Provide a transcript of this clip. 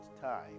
time